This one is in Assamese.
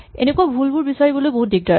এনেকুৱা ভুলবোৰ বিচাৰিবলৈ বহুত দিগদাৰ